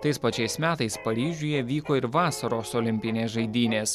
tais pačiais metais paryžiuje vyko ir vasaros olimpinės žaidynės